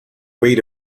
weight